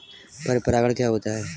पर परागण क्या होता है?